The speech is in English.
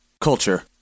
Culture